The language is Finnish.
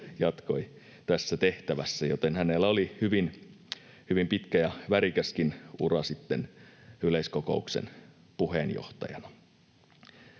jatkoi tässä tehtävässä. Joten hänellä oli hyvin, hyvin pitkä ja värikäskin ura yleiskokouksen puheenjohtajana.